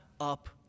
up